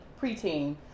preteen